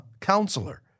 Counselor